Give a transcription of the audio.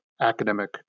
academic